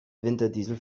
winterdiesel